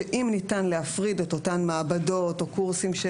שאם ניתן להפריד את אותן מעבדות או קורסים של